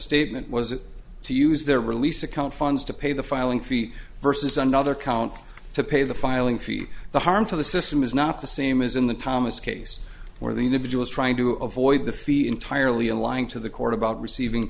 misstatement was to use their release account funds to pay the filing fee versus another count to pay the filing fee the harm to the system is not the same as in the thomas case where the individuals trying to avoid the fee entirely in lying to the court about receiving